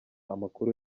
amakuru